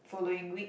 following week